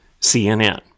CNN